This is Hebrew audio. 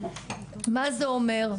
מה זה אומר,